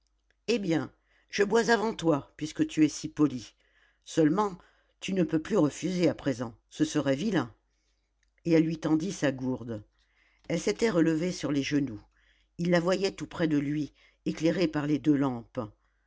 eh bien je bois avant toi puisque tu es si poli seulement tu ne peux plus refuser à présent ce serait vilain et elle lui tendit sa gourde elle s'était relevée sur les genoux il la voyait tout près de lui éclairée par les deux lampes